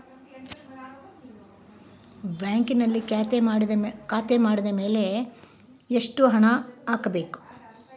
ಬ್ಯಾಂಕಿನಲ್ಲಿ ಖಾತೆ ಮಾಡಿದ ಮೇಲೆ ಎಷ್ಟು ಹಣ ಹಾಕಬೇಕು?